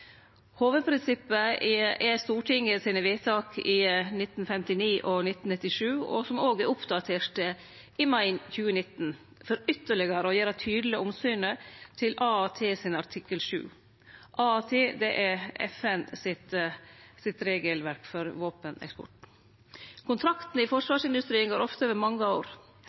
1959 og 1997, som òg er oppdaterte i mai 2019 for ytterlegare å gjere tydeleg omsynet til artikkel 7 i ATT. ATT er FN sitt regelverk for våpeneksport. Kontraktane i forsvarsindustrien går ofte over mange år.